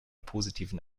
positiven